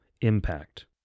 impact